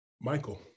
michael